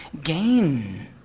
gain